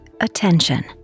attention